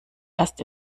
erst